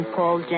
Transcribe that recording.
Paul